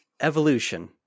Evolution